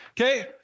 Okay